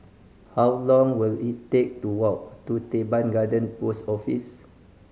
how long will it take to walk to Teban Garden Post Office